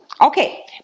Okay